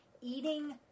eating